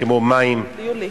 כמו מים,